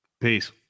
Peace